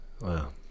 Wow